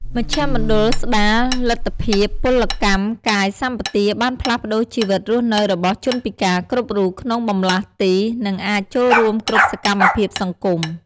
មជ្ឈមណ្ឌលស្តារលទ្ធភាពពលកម្មកាយសម្បទាបានផ្លាស់ប្តូរជីវិតរស់នៅរបស់ជនពិការគ្រប់រូប ក្នុងបម្លាស់ទី និងអាចចូលរួមគ្រប់សកម្មភាពសង្គម។